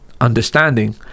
understanding